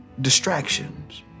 distractions